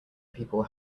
people